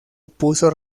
opuso